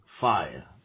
fire